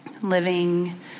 living